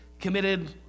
committed